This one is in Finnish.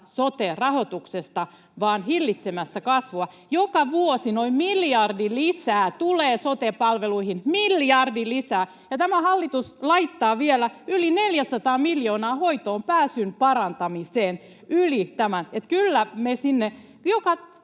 sote-rahoituksesta, vaan hillitsemässä kasvua. Joka vuosi noin miljardi lisää tulee sote-palveluihin — miljardi lisää — ja tämä hallitus laittaa vielä yli 400 miljoonaa hoitoonpääsyn parantamiseen yli tämän.